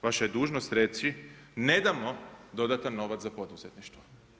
Vaša je dužnost reći ne damo dodatan novac za poduzetništvo.